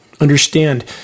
understand